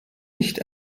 nicht